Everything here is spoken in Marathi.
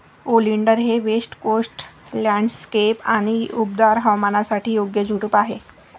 ओलिंडर हे वेस्ट कोस्ट लँडस्केप आणि उबदार हवामानासाठी योग्य झुडूप आहे